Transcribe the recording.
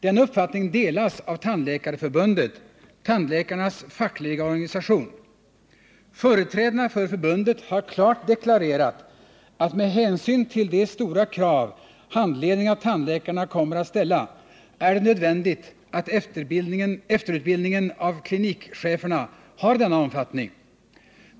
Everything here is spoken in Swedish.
Denna uppfattning delas av Tandläkarförbundet, tandläkarnas fackliga organisation. Företrädarna för förbundet har klart deklarerat att med hänsyn till de stora krav handledningen av tandläkare kommer att ställa är det nödvändigt att efterutbildningen av klinikcheferna har denna omfattning.